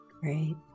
Great